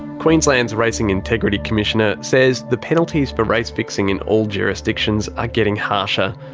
queensland's racing integrity commissioner says the penalties for race fixing in all jurisdictions are getting harsher.